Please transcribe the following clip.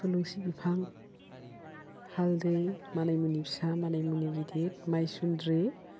थुलुंसि बिफां हालदै मानै मुनि फिसा मानै मुनि गिदिर माइसुन्द्रि